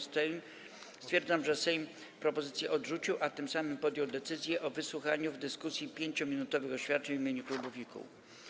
Stwierdzam, że Sejm propozycję odrzucił, a tym samym podjął decyzję o wysłuchaniu w dyskusji 5-minutowych oświadczeń w imieniu klubów i kół.